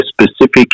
specific